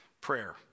Prayer